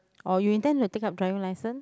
or you intend to take up driving licence